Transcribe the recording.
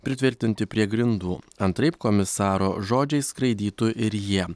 pritvirtinti prie grindų antraip komisaro žodžiai skraidytų ir jie